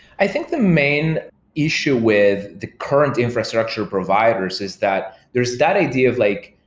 i think the main issue with the current infrastructure providers is that there's that idea of like,